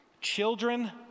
children